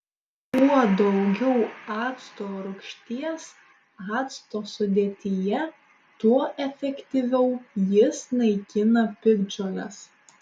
kuo daugiau acto rūgšties acto sudėtyje tuo efektyviau jis naikina piktžoles